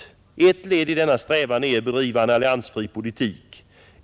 Ett led i denna strävan är att bedriva en alliansfri politik.